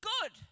Good